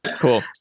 cool